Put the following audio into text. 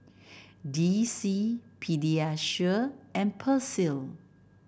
D C Pediasure and Persil